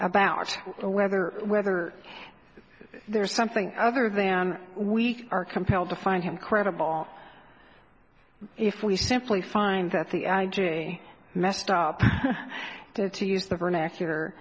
about whether whether there's something other than we are compelled to find him credible if we simply find that the i g messed up there to use the vernacular